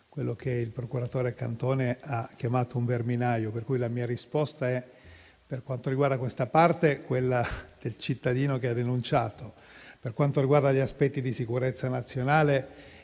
quello che il procuratore Cantone ha chiamato un «verminaio». Pertanto, la mia risposta, per quanto riguarda questa parte, è quella del cittadino che ha denunciato. Per quanto riguarda gli aspetti di sicurezza nazionale,